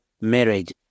marriage